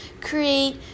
create